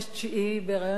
בהיריון מתקדם,